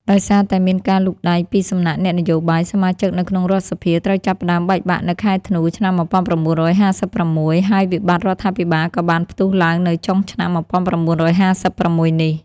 ដោយសារតែមានការលូកដៃពីសំណាក់អ្នកនយោបាយ សមាជិកនៅក្នុងរដ្ឋសភាត្រូវចាប់ផ្ដើមបែកបាក់នៅខែធ្នូ ឆ្នាំ ១៩៥៦ ហើយវិបត្តិរដ្ឋាភិបាលក៏បានផ្ទុះឡើងនៅចុងឆ្នាំ ១៩៥៦ នេះ។